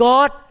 God